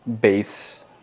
base